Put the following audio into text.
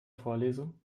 vorlesung